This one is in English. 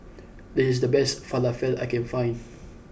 this is the best Falafel I can find